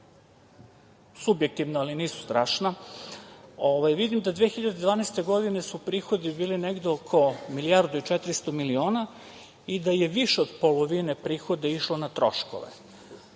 subjektivna, ali nisu strašna. Vidim da su 2012. godine prihodi bili negde oko milijardu i 400 miliona i da je više od polovine prihoda išlo na troškove